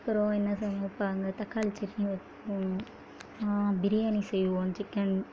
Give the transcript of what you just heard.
அப்புறம் என்ன சமைப்பாங்க தக்காளி சட்னி வைப்போம் பிரியாணி செய்வோம் சிக்கன்